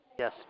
Yes